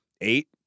Eight